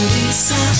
Lisa